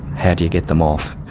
how do you get them off?